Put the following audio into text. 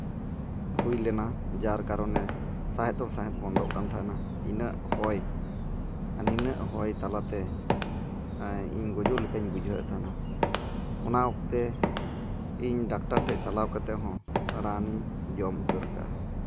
ᱦᱩᱭ ᱞᱮᱱᱟ ᱡᱟᱨ ᱠᱟᱨᱚᱱᱮ ᱥᱟᱸᱦᱮᱫ ᱫᱚ ᱥᱟᱸᱦᱮᱫ ᱵᱚᱱᱫᱚᱜ ᱠᱟᱱ ᱛᱟᱦᱮᱱᱟ ᱤᱱᱟᱹ ᱦᱚᱭ ᱟᱨ ᱱᱤᱱᱟᱹᱜ ᱦᱚᱭ ᱛᱟᱞᱟᱛᱮ ᱤᱧ ᱜᱩᱡᱩᱜ ᱞᱮᱠᱟᱧ ᱵᱩᱡᱷᱟᱹᱣ ᱮᱜ ᱛᱟᱦᱮᱱᱟ ᱟᱨ ᱤᱱᱟᱹᱜ ᱦᱚᱭ ᱟᱨ ᱱᱤᱱᱟᱹᱜ ᱦᱚᱭ ᱛᱟᱞᱟᱛᱮ ᱤᱧ ᱜᱩᱡᱩᱜ ᱞᱮᱠᱟᱧ ᱵᱩᱡᱷᱟᱹᱣ ᱮᱜ ᱛᱟᱦᱮᱱᱟ ᱚᱱᱟᱛᱮ ᱤᱧ ᱰᱟᱠᱛᱟᱨ ᱴᱷᱮᱡ ᱪᱟᱞᱟᱣ ᱠᱟᱛᱮᱜ ᱦᱚᱸ ᱨᱟᱱ ᱡᱚᱢ ᱩᱛᱟᱹᱨ ᱠᱟᱜᱼᱟ